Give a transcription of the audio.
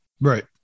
Right